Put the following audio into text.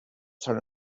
turn